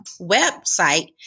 website